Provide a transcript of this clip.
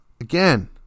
Again